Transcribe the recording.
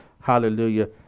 hallelujah